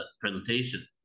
presentation